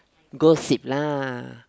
gossip lah